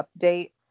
update